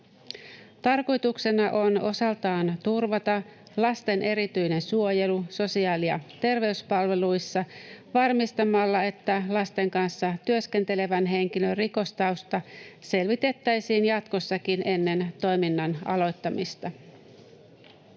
Tarkoituksena on osaltaan turvata lasten erityinen suojelu sosiaali- ja terveyspalveluissa varmistamalla, että lasten kanssa työskentelevän henkilön rikostausta selvitettäisiin jatkossakin ennen toiminnan aloittamista.